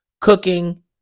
cooking